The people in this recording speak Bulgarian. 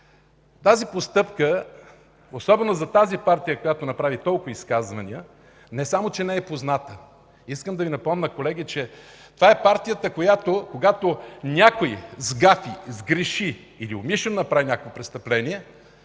Тази постъпка особено за партията, която направи толкова изказвания, не само че не е позната, но искам да напомня, колеги, че това е партията, която когато някой сгафи, сгреши или умишлено направи престъпление,